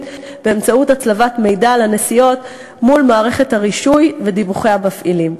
באמצעות הצלבת מידע על הנסיעות מול מערכת הרישוי ודיווחי המפעילים.